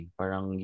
parang